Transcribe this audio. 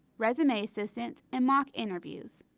resume assistance, and mock interviews.